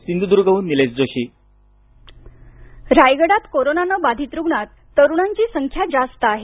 intro रायगडात कोरोनानं बाधित रूग्णांत तरूणांची संख्या जास्त आहे